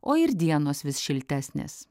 o ir dienos vis šiltesnės